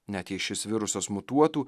net jei šis virusas mutuotų